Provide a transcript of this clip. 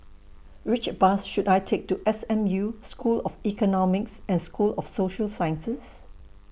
Which Bus should I Take to S M U School of Economics and School of Social Sciences